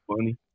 funny